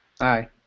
Hi